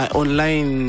online